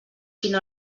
quina